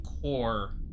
core